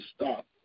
stop